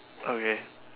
okay